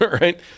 right